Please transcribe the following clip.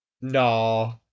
no